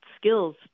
skills